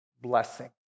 Blessing